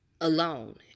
alone